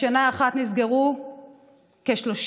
בשנה אחת נסגרו כ-13